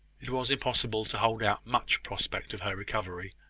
it was impossible to hold out much prospect of her recovery.